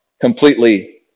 completely